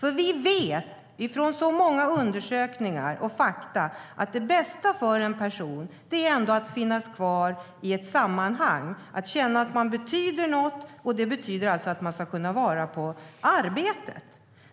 Vi har fakta från så många undersökningar att det bästa för en person ändå är att finnas kvar i ett sammanhang, att känna att man betyder något, det vill säga att man kan vara på arbetet.